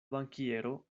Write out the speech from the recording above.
bankiero